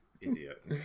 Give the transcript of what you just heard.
Idiot